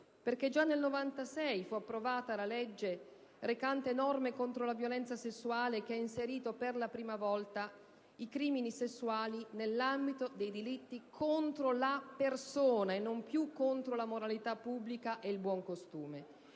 perché già nel 1996 fu approvata la legge recante norme contro la violenza sessuale che ha inserito, per la prima volta, i crimini sessuali nell'ambito dei delitti contro la persona e non più contro la moralità pubblica e il buoncostume.